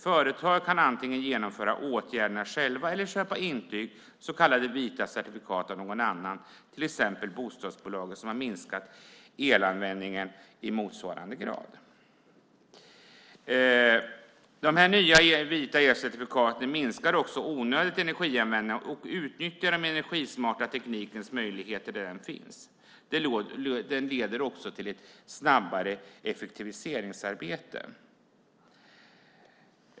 Företag kan antingen vidta åtgärderna själva eller köpa intyg, så kallade vita certifikat, av någon annan, till exempel bostadsbolaget som har minskat elanvändningen i motsvarande grad. De här vita elcertifikaten minskar också onödig energianvändning och utnyttjar den energismarta teknikens möjligheter där den finns. Det leder också till ett snabbare effektiviseringsarbete.